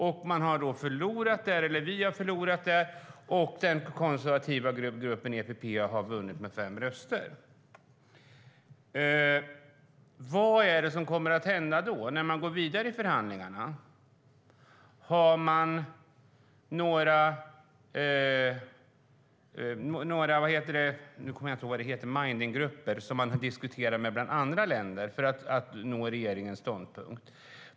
Vi har förlorat där, och den konservativa gruppen ETP har vunnit med fem röster. Vad är det som kommer att hända när man går vidare i förhandlingarna? Har man några likeminded-grupper, andra länder, som man diskuterar med för att nå regeringens ståndpunkt?